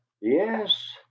yes